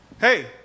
Hey